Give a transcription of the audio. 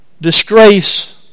disgrace